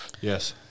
Yes